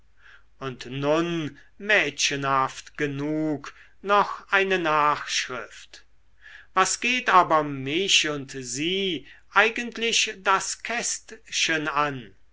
und nun mädchenhaft genug noch eine nachschrift was geht aber mich und sie eigentlich das kästchen an